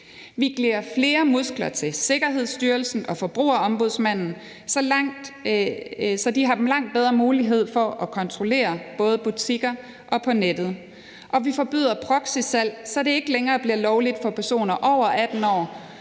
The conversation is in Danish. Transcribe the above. Vi giver flere muskler til Sikkerhedsstyrelsen og Forbrugerombudsmanden, så de har langt bedre mulighed for at kontrollere både butikker og på nettet, og vi forbyder proxysalg, så det ikke længere er lovligt for personer over 18 år